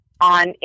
on